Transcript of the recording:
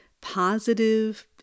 positive